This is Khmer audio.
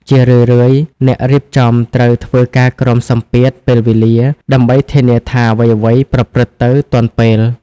ជារឿយៗអ្នករៀបចំត្រូវ ធ្វើការក្រោមសម្ពាធពេលវេលា ដើម្បីធានាថាអ្វីៗប្រព្រឹត្តទៅទាន់ពេល។